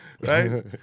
right